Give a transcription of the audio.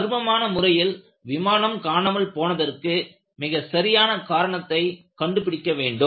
மர்மமான முறையில் விமானம் காணாமல் போனதற்கு மிக சரியான காரணத்தை கண்டுபிடிக்க வேண்டும்